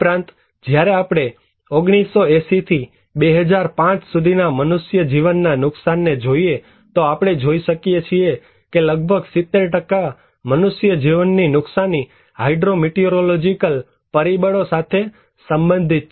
ઉપરાંત જ્યારે આપણે 1980 થી 2005 સુધીના મનુષ્ય જીવનના નુકસાનને જોઈએ તો આપણે જોઈ શકીએ છીએ કે લગભગ 70 મનુષ્ય જીવનની નુકસાની હાઈડ્રો મીટિઓરોલોજીકલ પરિબળો સાથે સંબંધિત છે